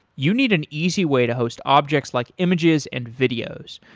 you need an easy way to host objects like images and videos.